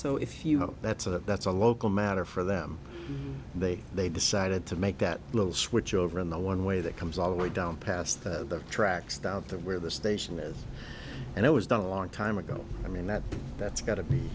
so if you know that's a that's a local matter for them and they they decided to make that little switch over in the one way that comes all the way down past the tracks doubt that where the station is and it was done a long time ago i mean that that's got to be